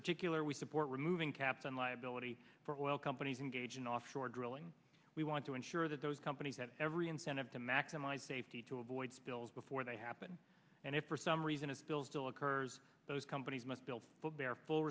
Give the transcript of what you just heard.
particular we support removing caps on liability for oil companies engage in offshore drilling we want to ensure that those companies have every incentive to maximize safety to avoid spills before they happen and if for some reason as bill still occurs those companies must build up their full